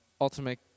Ultimate